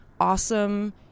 awesome